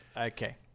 Okay